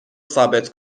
ثابت